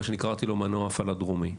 מה שאני קראתי לו מנוע הפעלה דרומי.